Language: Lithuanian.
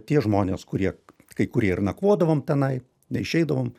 tie žmonės kurie kai kurie ir nakvodavom tenai neišeidavom